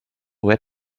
read